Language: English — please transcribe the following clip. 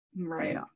Right